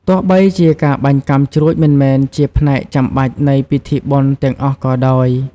ទោះបីជាការបាញ់កាំជ្រួចមិនមែនជាផ្នែកចាំបាច់នៃពិធីបុណ្យទាំងអស់ក៏ដោយ ។